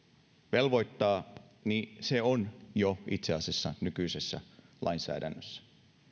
velvoittaa on itse asiassa jo nykyisessä lainsäädännössä